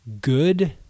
good